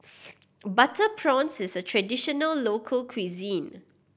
butter prawns is a traditional local cuisine